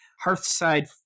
Hearthside